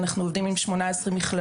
אנחנו עובדים עם 18 מכללות,